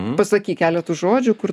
pasakyk keletu žodžių kur